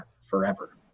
forever